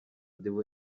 devo